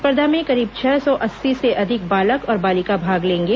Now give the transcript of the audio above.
स्पर्धा में करीब छह सौ अस्सी से अधिक बालक और बालिका भाग लेंगे